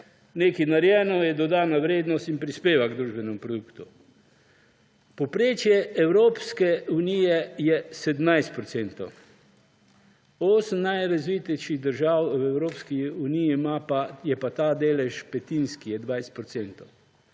nekaj narejeno, je dodana vrednost in prispeva k družbenem produktu. Povprečje Evropske unije je 17 procentov, 8 najrazvitejših držav v Evropski uniji je pa ta delež petinski, je 20